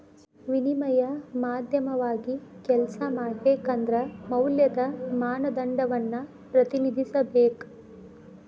ವಿನಿಮಯ ಮಾಧ್ಯಮವಾಗಿ ಕೆಲ್ಸ ಮಾಡಬೇಕಂದ್ರ ಮೌಲ್ಯದ ಮಾನದಂಡವನ್ನ ಪ್ರತಿನಿಧಿಸಬೇಕ